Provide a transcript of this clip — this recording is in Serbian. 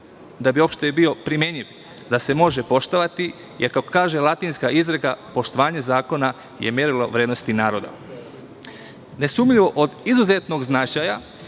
da bi uopšte bio primenjiv, da se može poštovati, jer kako kaže latinska izreka – Poštovanje zakona je merilo vrednosti naroda. Nesumnjivo od izuzetnog značaja